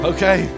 Okay